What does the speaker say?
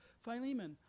Philemon